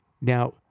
Now